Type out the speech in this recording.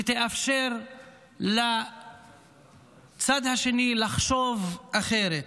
שתאפשר לצד השני לחשוב אחרת.